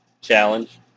challenge